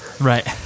Right